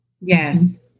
Yes